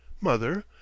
Mother